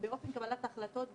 באופן קבלת ההחלטות ובפיצוי.